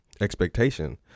expectation